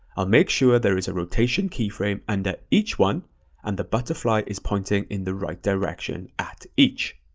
i'll make sure there is a rotation keyframe and that each one and the butterfly is pointing in the right direction at each.